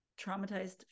traumatized